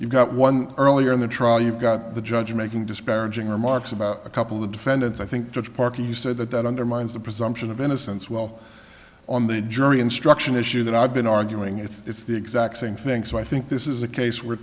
you've got one earlier in the trial you've got the judge making disparaging remarks about a couple of defendants i think judge parker you said that that undermines the presumption of innocence well on the jury instruction issue that i've been arguing it's the exact same thing so i think this is a case where